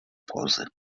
pozy